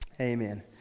amen